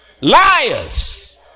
Liars